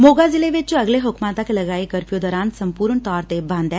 ਮੋਗਾ ਜ਼ਿਲ੍ਹੇ ਵਿਚ ਅਗਲੇ ਹੁਕਮਾਂ ਤੱਕ ਲਗਾਏ ਕਰਫਊ ਦੌਰਾਨ ਸੰਪੂਰਨ ਤੌਰ ਤੇ ਬੰਦ ਐ